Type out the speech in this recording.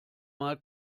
mal